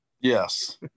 Yes